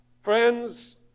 Friends